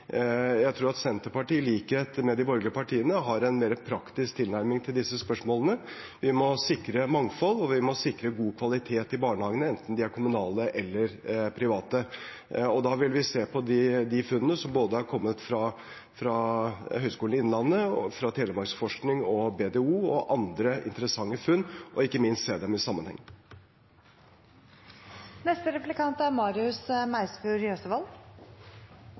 Jeg tror at Senterpartiet, i likhet med de borgerlige partiene, har en mer praktisk tilnærming til disse spørsmålene. Vi må sikre mangfold, og vi må sikre god kvalitet i barnehagene, enten de er kommunale eller private. Da vil vi se på disse funnene, både dem som er kommet fra Høgskolen i Innlandet, fra Telemarksforskning og BDO og andre interessante funn, og ikke minst se dem i sammenheng.